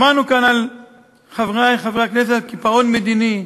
שמענו כאן, חברי חברי הכנסת, על קיפאון מדיני,